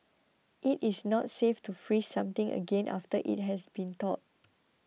it is not safe to freeze something again after it has been thawed